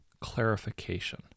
clarification